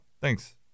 Thanks